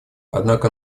однако